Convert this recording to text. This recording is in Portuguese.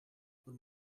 por